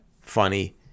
Funny